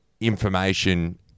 information